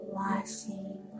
washing